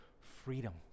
freedom